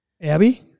Abby